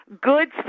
goods